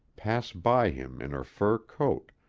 pass by him in her fur coat,